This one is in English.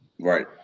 Right